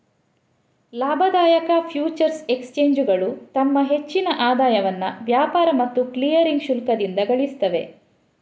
ಲಾಭದಾಯಕ ಫ್ಯೂಚರ್ಸ್ ಎಕ್ಸ್ಚೇಂಜುಗಳು ತಮ್ಮ ಹೆಚ್ಚಿನ ಆದಾಯವನ್ನ ವ್ಯಾಪಾರ ಮತ್ತು ಕ್ಲಿಯರಿಂಗ್ ಶುಲ್ಕದಿಂದ ಗಳಿಸ್ತವೆ